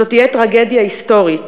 זו תהיה טרגדיה היסטורית,